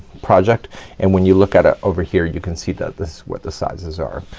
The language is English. project and when you look at it over here you can see that this what the sizes are.